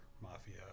mafia